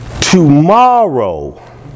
tomorrow